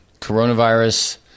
coronavirus